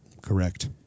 Correct